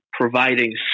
providing